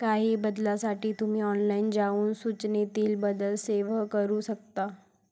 काही बदलांसाठी तुम्ही ऑनलाइन जाऊन सूचनेतील बदल सेव्ह करू शकता